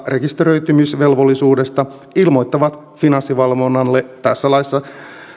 rekisteröitymisvelvollisuudesta ilmoittavat finanssivalvonnalle tässä laissa